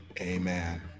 Amen